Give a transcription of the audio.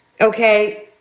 Okay